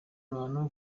abantu